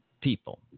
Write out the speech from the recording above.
people